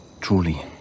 Truly